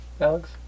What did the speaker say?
Alex